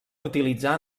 utilitzar